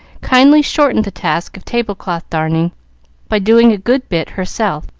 kindly shortened the task of table-cloth darning by doing a good bit herself,